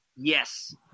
Yes